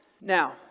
Now